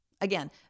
Again